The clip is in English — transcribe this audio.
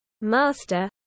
Master